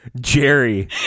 Jerry